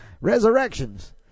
resurrections